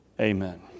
Amen